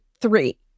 three